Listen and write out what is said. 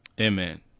Amen